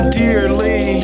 dearly